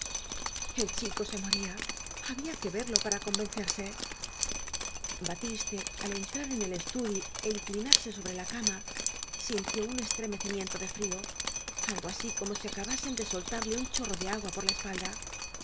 el chico se moría había que verlo para convencerse batiste al entrar en el estudi é inclinarse sobre la cama sintió un estreme cimiento de frío algo así como si acabasen de soltarle un chorro de agua por la espalda